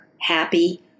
happy